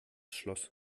schloss